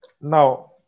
Now